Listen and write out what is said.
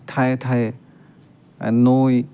ঠাইয়ে ঠাইয়ে নৈ